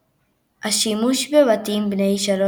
80 משחקים